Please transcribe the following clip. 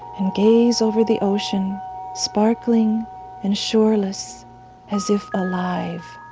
and gaze over the ocean sparkling and shoreless as if alive.